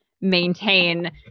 maintain